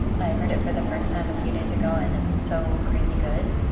i heard it for the first time a few days ago. and it's so crazy good.